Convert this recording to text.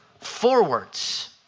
forwards